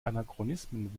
anachronismen